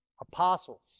apostles